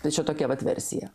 tai čia tokia vat versija